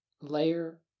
layer